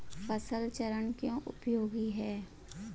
फसल चरण क्यों उपयोगी है?